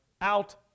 out